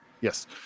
Yes